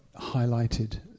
highlighted